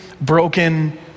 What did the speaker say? broken